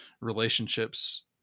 relationships